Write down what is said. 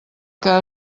que